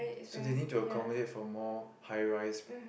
so they need to accommodate for more high rise